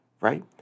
right